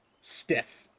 stiff